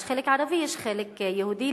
יש חלק ערבי, יש חלק יהודי.